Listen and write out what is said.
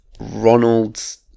Ronalds